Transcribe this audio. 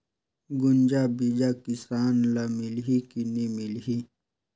गुनजा बिजा किसान ल मिलही की नी मिलही?